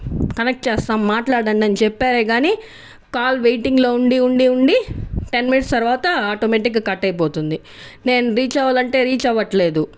connect చేస్తాం మాట్లాడండి అని చెప్పారే కానీ కాల్ వెయిటింగ్లో ఉండీ ఉండీ ఉండీ టెన్ మినిట్స్ తరువాత ఆటోమేటిక్గా కట్ అయిపోతుంది నేను రీచ్ అవ్వాలి అంటే రీచ్ అవ్వట్లేదు